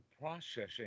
processing